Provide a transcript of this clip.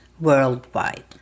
worldwide